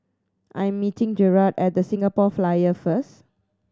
I meeting Jerad at The Singapore Flyer first